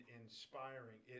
inspiring